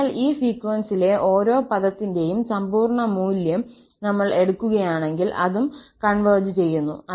അതിനാൽ ഈ സീക്വൻസിലെ ഓരോ പദത്തിന്റെയും സമ്പൂർണ്ണ മൂല്യം നമ്മൾ എടുക്കുകയാണെങ്കിൽ അതും കോൺവെർജ് ചെയ്യുന്നു